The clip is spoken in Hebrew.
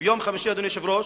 אדוני היושב-ראש,